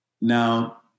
Now